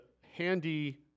handy